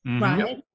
right